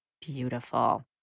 Beautiful